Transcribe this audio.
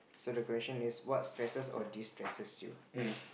so the question is what stresses or distresses you